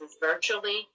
virtually